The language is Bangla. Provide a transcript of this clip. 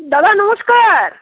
দাদা নমস্কার